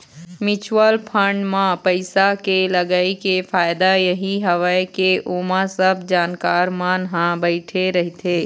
mutual fund म पइसा के लगई के फायदा यही हवय के ओमा सब जानकार मन ह बइठे रहिथे